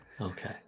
okay